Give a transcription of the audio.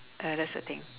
ah that's the thing